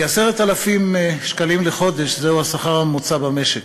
כ-10,000 שקלים לחודש, זהו השכר הממוצע במשק.